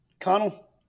Connell